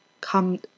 come